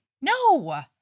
No